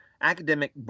Academic